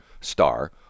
star